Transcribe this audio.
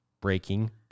breaking